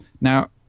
Now